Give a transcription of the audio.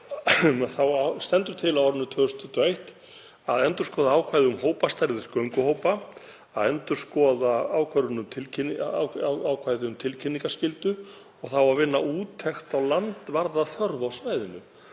þá stendur til á árinu 2021 að endurskoða ákvæði um stærðir gönguhópa, að endurskoða ákvæði um tilkynningarskyldu og vinna á úttekt á landvarðaþörf á svæðinu.